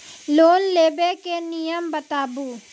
Loan लेबे के नियम बताबू?